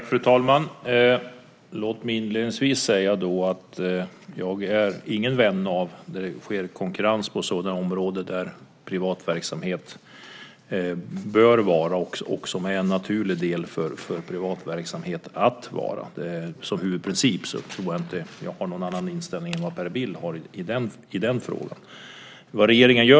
Fru talman! Låt mig inledningsvis säga att jag inte är någon vän av att det blir kommunal konkurrens på sådana områden där det är naturligt för privat verksamhet att vara. Det är huvudprincipen, och jag tror inte att jag har någon annan inställning än Per Bill i den frågan.